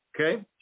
okay